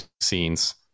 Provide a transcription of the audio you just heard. scenes